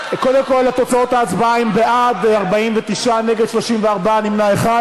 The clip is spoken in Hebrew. הבהרת מצג כשרותי אסור),